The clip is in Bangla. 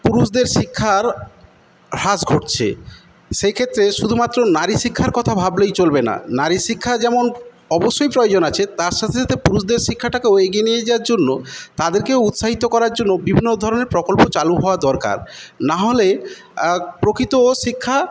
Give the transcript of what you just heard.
পুরুষদের শিক্ষার হ্রাস ঘটছে সেই ক্ষেত্রে শুধুমাত্র নারীশিক্ষার কথা ভাবলেই চলবে না নারীশিক্ষা যেমন অবশ্যই প্রয়োজন আছে তার সাথে সাথে পুরুষদের শিক্ষাটাকেও এগিয়ে নিয়ে যাওয়ার জন্য তাদেরকেও উৎসাহিত করার জন্য বিভিন্ন ধরনের প্রকল্প চালু হওয়া দরকার না হলে প্রকৃত শিক্ষা